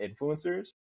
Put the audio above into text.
influencers